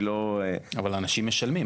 היא לא --- אבל האנשים משלמים,